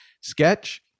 sketch